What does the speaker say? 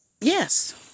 Yes